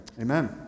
Amen